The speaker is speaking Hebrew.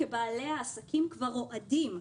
כי בעלי העסקים כבר רועדים.